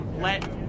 let